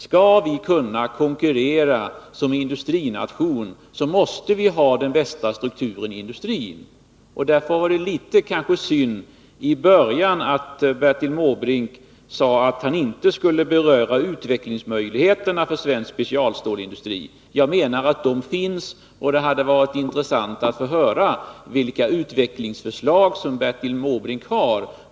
Skall vi kunna konkurrera som industrination, måste vi ha den bästa strukturen i industrin. Därför är det kanske litet synd att Bertil Måbrink i början av sitt anförande sade att han inte skulle beröra utvecklingsmöjligheterna för svensk specialstålsindustri. Jag menar att sådana finns, och det hade varit intressant att få höra vilka utvecklingsförslag Bertil Måbrink har.